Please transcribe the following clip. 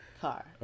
car